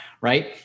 right